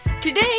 Today